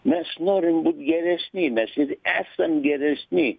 mes norim būt geresni mes ir esam geresni